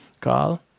Call